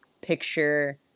picture